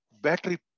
battery